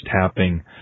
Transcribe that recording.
tapping